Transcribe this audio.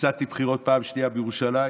הפסדתי בבחירות פעם שנייה בירושלים